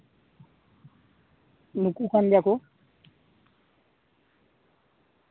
ᱱᱩᱠᱩ ᱠᱟᱱ ᱜᱮᱭᱟ ᱠᱚ